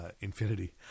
Infinity